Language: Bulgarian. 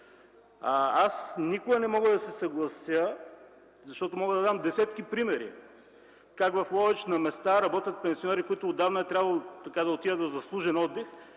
Аз никога не мога да се съглася, защото мога да дам десетки примери как в Ловеч на места работят пенсионери, които отдавна е трябвало да отидат на заслужен отдих,